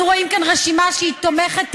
אנחנו רואים כאן רשימה שהיא תומכת טרור,